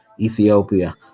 ethiopia